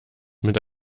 mit